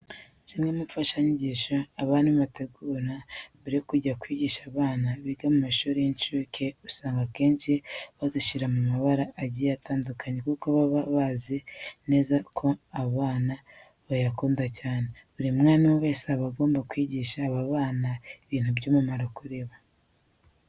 Zimwe mu mfashanyigisho abarimu bategura mbere yo kujya kwigisha abana biga mu mashuri y'incuke, usanga akenshi bazishyira mu mabara agiye atandukanye kuko baba bazi neza ko abana bayakunda cyane. Buri mwarimu wese aba agomba kwigisha aba bana ibintu by'umumaro kuri bo.